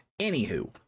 Anywho